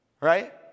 Right